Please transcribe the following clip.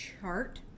chart